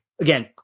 Again